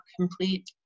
complete